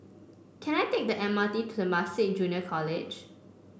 can I take the M R T to Temasek Junior College